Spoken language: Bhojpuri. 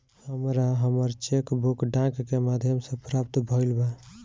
हमरा हमर चेक बुक डाक के माध्यम से प्राप्त भईल बा